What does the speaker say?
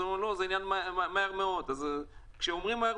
הם אומרים שזה יהיה מהר מאוד אבל כשאומרים מהר